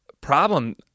problem